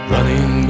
Running